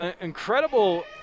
incredible